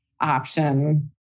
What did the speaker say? option